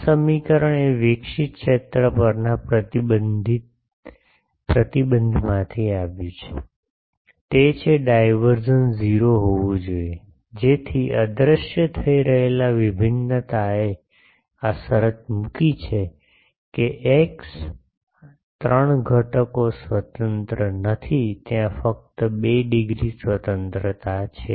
આ સમીકરણ એ વિકસિત ક્ષેત્ર પરના પ્રતિબંધમાંથી આવ્યું છે તે છે ડાયવર્ઝન 0 હોવું જોઈએ જેથી અદૃશ્ય થઈ રહેલા વિભિન્નતાએ આ શરત મૂકી છે કે x ત્રણ ઘટકો સ્વતંત્ર નથી ત્યાં ફક્ત 2 ડિગ્રી સ્વતંત્રતા છે